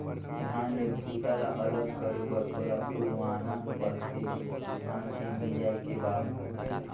धान ले भूसा ल अलग करे बर ओला उड़वाना परथे धान के मिंजाए के बाद म